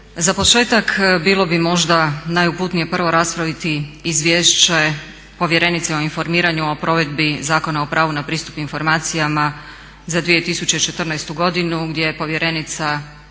Za početak bilo bi možda najuputnije prvo raspraviti Izvješće povjerenice o informiranju o provedbi Zakona o pravu na pristup informacijama za 2014. godinu gdje je povjerenica